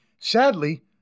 Sadly